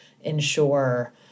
ensure